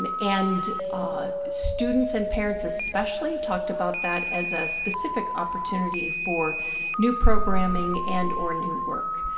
and and ah students and parents, especially talked about that as a specific opportunity for new programming and or new work.